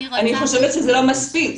אני חושבת שזה לא מספיק.